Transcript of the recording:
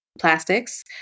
plastics